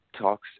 talks